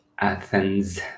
Athens